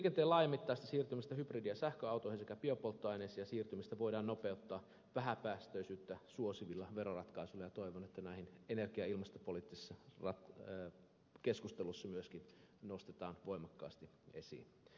liikenteen laajamittaista siirtymistä hybridi ja sähköautoihin sekä biopolttoaineisiin siirtymistä voidaan nopeuttaa vähäpäästöisyyttä suosivilla veroratkaisuilla ja toivon että nämä energia ja ilmastopoliittisessa keskustelussa myöskin nostetaan voimakkaasti esiin